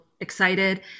excited